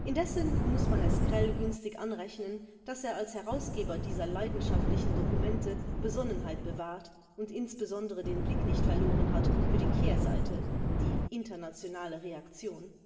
indessen muß man es krell günstig anrechnen daß er als herausgeber dieser leidenschaftlichen dokumente besonnenheit bewahrt und insbesondere den blick nicht verloren hat für die kehrseite die internationale reaktion